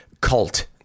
cult